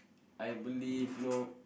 I believe you know